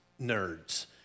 nerds